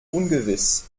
ungewiss